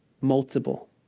multiple